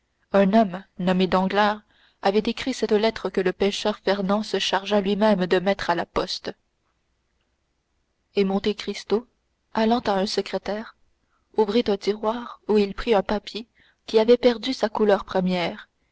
un homme nommé danglars avait écrit cette lettre que le pêcheur fernand se chargea lui-même de mettre à la poste et monte cristo allant à un secrétaire ouvrit un tiroir où il prit un papier qui avait perdu sa couleur première